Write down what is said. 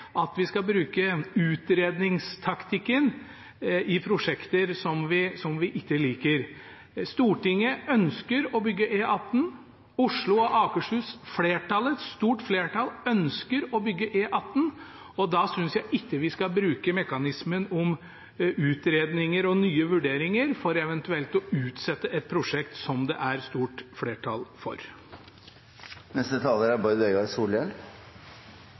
at vi skal bruke utredningstaktikken i prosjekter som vi ikke liker. Stortinget ønsker å bygge E18. Et stort flertall i Oslo og Akershus ønsker å bygge E18, og da synes jeg ikke vi skal bruke mekanismen om utredninger og nye vurderinger for eventuelt å utsette et prosjekt som det er stort flertall for. Det er